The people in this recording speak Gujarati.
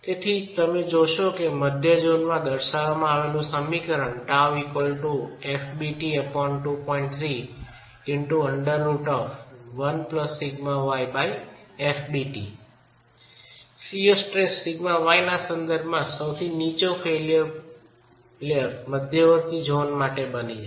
તેથી તમે જોશો કે મધ્ય ઝોનમાં દર્શાવવામાં આવેલું સમીકરણ શિઅર સ્ટ્રેસ σy ના સંદર્ભમાં સૌથી નીચો ફેઇલ્યર મધ્યવર્તી ઝોન માટે બની જાય છે